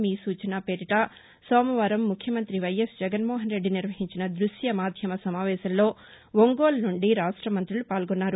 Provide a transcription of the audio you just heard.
మీ సూచన పేరిట సోమవారం ముఖ్యమంత్రి వైఎస్ జగన్మోహన్ రెడ్డి నిర్వహించిన దృశ్య మాధ్యమ సమావేశంలో ఒంగోలు నుండి రాష్ట మంత్రులు పాల్గొన్నారు